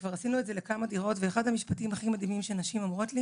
וכבר עשינו את זה לכמה דירות ואחד המשפטים הכי מדהימים שנשים אומרות לי